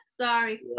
Sorry